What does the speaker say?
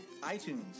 iTunes